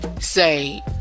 say